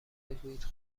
بگویید